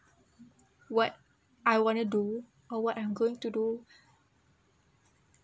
what I want to do or what I'm going to do